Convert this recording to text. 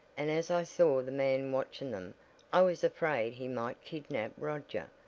and as i saw the man watching them i was afraid he might kidnap roger.